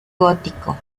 gótico